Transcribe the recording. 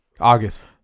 August